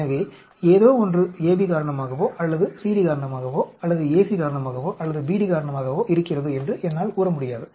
எனவே ஏதோ ஒன்று AB காரணமாகவோ அல்லது CD காரணமாகவோ AC காரணமாகவோ அல்லது BD காரணமாகவோ இருக்கிறது என்று என்னால் கூற முடியாது